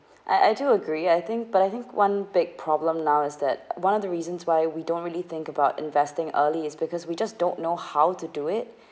I I do agree I think but I think one big problem now is that one of the reasons why we don't really think about investing early is because we just don't know how to do it